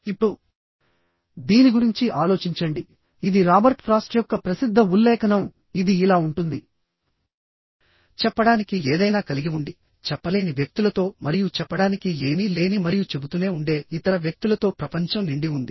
ఇప్పుడు దీని గురించి ఆలోచించండి ఇది రాబర్ట్ ఫ్రాస్ట్ యొక్క ప్రసిద్ధ ఉల్లేఖనం ఇది ఇలా ఉంటుంది చెప్పడానికి ఏదైనా కలిగి ఉండి చెప్పలేని వ్యక్తులతో మరియు చెప్పడానికి ఏమీ లేని మరియు చెబుతూనే ఉండే ఇతర వ్యక్తులతో ప్రపంచం నిండి ఉంది